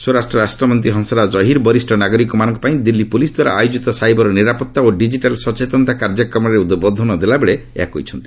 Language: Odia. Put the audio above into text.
ସ୍ୱରାଷ୍ଟ୍ର ରାଷ୍ଟ୍ରମନ୍ତ୍ରୀ ହଂସରାଜ ଅହିର ବରିଷ୍ଠ ନାଗରିକମାନଙ୍କ ପାଇଁ ଦିଲ୍ଲୀ ପୁଲିସ୍ ଦ୍ୱାରା ଆୟୋଜିତ ସାଇବର ନିରାପତ୍ତା ଓ ଡିଜିଟାଲ୍ ସଚେତନତା କାର୍ଯ୍ୟକ୍ରମରେ ଉଦ୍ବୋଧନ ଦେଲାବେଳେ ଏହା କହିଛନ୍ତି